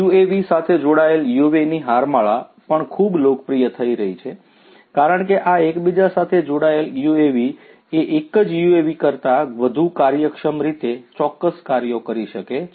UAVs સાથે જોડાયેલ UAVs ની હારમાળા પણ ખૂબ લોકપ્રિય થઈ રહી છે કારણ કે આ એકબીજા સાથે જોડાયેલ UAVs એ એક જ UAVs કરતા વધુ કાર્યક્ષમ રીતે ચોક્કસ કાર્યો કરી શકે છે